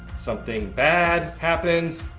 something bad happens,